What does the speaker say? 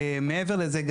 מעבר לזה,